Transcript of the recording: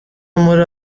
muri